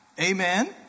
Amen